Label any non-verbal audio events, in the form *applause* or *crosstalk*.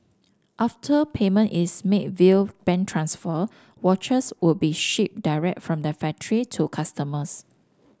after payment is made via bank transfer watches would be shipped direct from the *unintelligible* to customers